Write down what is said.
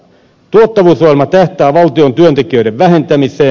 tuottavuusohjelma tähtää valtion työntekijöiden vähentämiseen